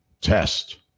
test